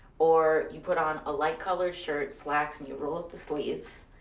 or you put on a light color shirt, slacks, and you roll up the sleeves.